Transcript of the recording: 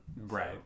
right